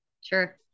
Sure